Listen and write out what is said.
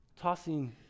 tossing